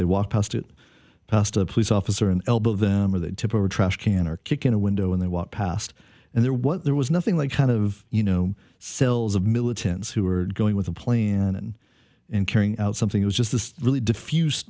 they walk past it past a police officer and elbow them with a tip or a trash can or kick in a window when they walk past and there what there was nothing like kind of you know cells of militants who were going with a plan and and carrying out something it was just this really d